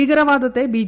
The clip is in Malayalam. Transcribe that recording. ഭീകരവാദത്തെ ബി